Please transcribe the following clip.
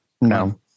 No